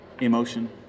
emotion